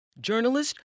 Journalist